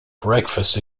breakfast